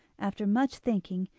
after much thinking,